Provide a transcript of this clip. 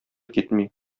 китми